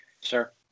Sure